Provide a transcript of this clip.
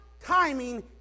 timing